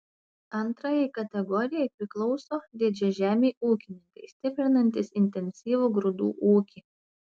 antrajai kategorijai priklauso didžiažemiai ūkininkai stiprinantys intensyvų grūdų ūkį